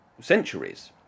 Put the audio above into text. centuries